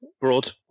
Broad